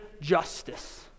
justice